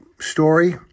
story